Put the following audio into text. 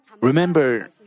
Remember